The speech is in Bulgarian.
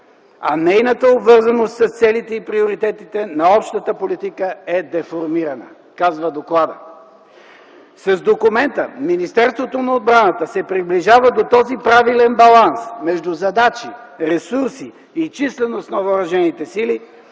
а нейната обвързаност с целите и приоритетите на общата политика е деформирана” – казва докладът. С документа Министерството на отбраната се приближава до този правилен баланс между задачи, ресурси и численост на Въоръжените сили,